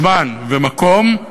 זמן ומקום,